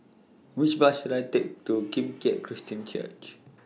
Which Bus should I Take to Kim Keat Christian Church